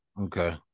Okay